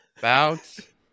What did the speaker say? Bounce